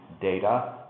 data